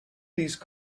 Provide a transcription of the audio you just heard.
these